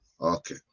Okay